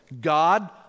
God